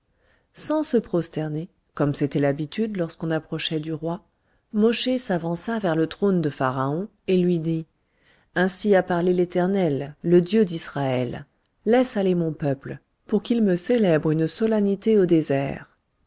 sans se prosterner comme c'était l'habitude lorsqu'on approchait du roi mosché s'avança vers le trône de pharaon et lui dit ainsi a parlé l'éternel le dieu d'israël laisse aller mon peuple pour qu'il me célèbre une solennité au désert